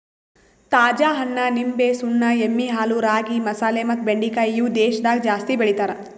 ತಾಜಾ ಹಣ್ಣ, ನಿಂಬೆ, ಸುಣ್ಣ, ಎಮ್ಮಿ ಹಾಲು, ರಾಗಿ, ಮಸಾಲೆ ಮತ್ತ ಬೆಂಡಿಕಾಯಿ ಇವು ದೇಶದಾಗ ಜಾಸ್ತಿ ಬೆಳಿತಾರ್